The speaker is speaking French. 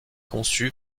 conçu